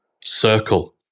circle